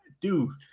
dude